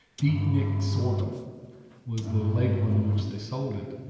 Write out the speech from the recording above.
beatnik sorghum was the label under which they sold it.